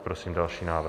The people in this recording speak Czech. Prosím další návrh.